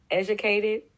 educated